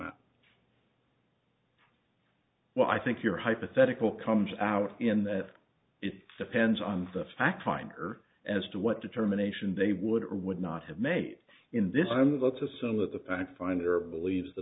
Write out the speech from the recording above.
out well i think your hypothetical comes out in that it depends on the fact finder as to what determination they would or would not have made in this i'm go to some of the fact finder believes the